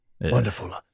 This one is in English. Wonderful